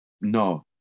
No